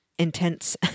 Intense